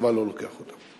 והצבא לא לוקח אותם.